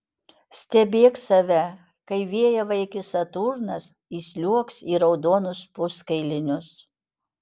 stebėk save kai vėjavaikis saturnas įsliuogs į raudonus puskailinius